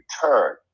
turn